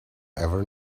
ever